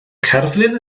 cerflun